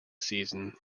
season